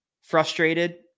frustrated